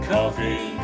Coffee